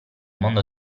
mondo